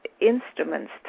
instruments